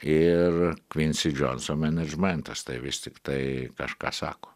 ir kvinsi džonso menedžmentas tai vis tiktai kažką sako